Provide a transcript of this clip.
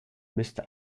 müsste